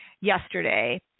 yesterday